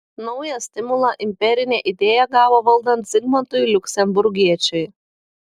naują stimulą imperinė idėja gavo valdant zigmantui liuksemburgiečiui